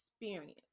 experience